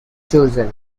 chosen